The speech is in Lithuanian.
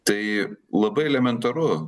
tai labai elementaru